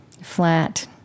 flat